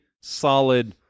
solid